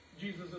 Jesus